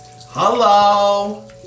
Hello